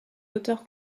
auteur